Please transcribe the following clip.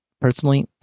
Personally